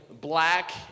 black